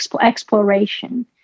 exploration